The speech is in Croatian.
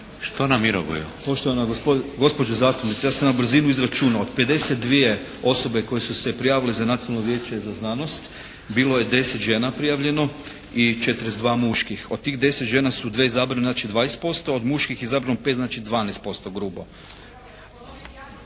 Što na Mirogoju?